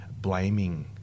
blaming